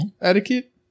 etiquette